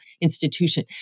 institution